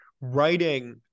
writing